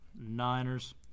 Niners